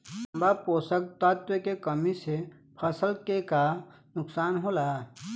तांबा पोषक तत्व के कमी से फसल के का नुकसान होला?